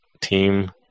team